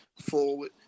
forward